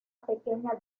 pequeña